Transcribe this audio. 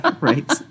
Right